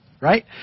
Right